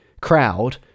crowd